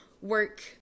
work